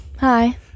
Hi